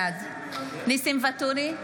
בעד ניסים ואטורי,